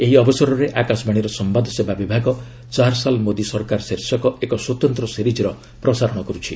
ଏହି ଅବସରରେ ଆକାଶବାଣୀର ସମ୍ଘାଦସେବା ବିଭାଗ 'ଚାର୍ ସାଲ୍ ମୋଦି ସରକାର୍' ଶୀର୍ଷକ ଏକ ସ୍ୱତନ୍ତ୍ର ସିରିଜ୍ର ପ୍ରସାରଣ କରୁଛି